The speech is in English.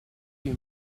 few